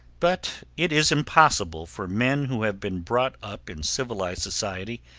but it is impossible for men who have been brought up in civilized society,